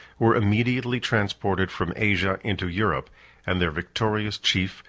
were immediately transported from asia into europe and their victorious chief,